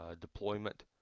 deployment